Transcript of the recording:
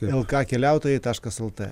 lka keliautojai taškas lt